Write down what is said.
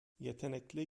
yetenekli